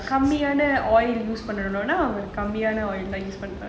கம்மியான பண்ணனும்னு அவர் கம்மியா பண்றாரு:kammiyaana pannanumnu avar kammiyaa pandraru